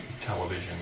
television